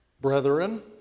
brethren